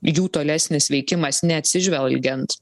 jų tolesnis veikimas neatsižvelgiant